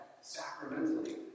sacramentally